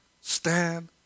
stand